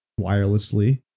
wirelessly